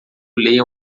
leia